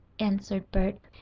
answered bert.